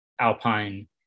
alpine